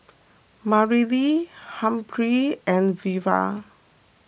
Mareli Humphrey and Veva